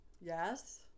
Yes